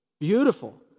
Beautiful